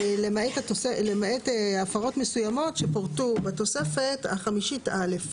למעט הפרות מסוימות שפורטו בתוספת החמישית א.